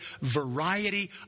variety